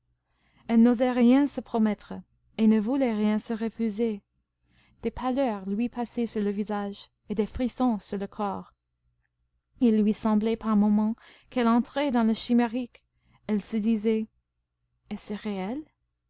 elle n'osait rien se promettre et ne voulait rien se refuser des pâleurs lui passaient sur le visage et des frissons sur le corps il lui semblait par moments qu'elle entrait dans le chimérique elle se disait est-ce réel